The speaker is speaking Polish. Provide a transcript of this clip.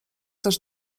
też